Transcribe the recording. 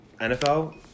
NFL